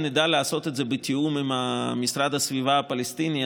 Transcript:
אם נדע לעשות את זה בתיאום עם משרד הסביבה הפלסטיני,